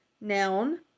noun